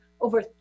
Over